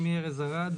שמי ארז ארד,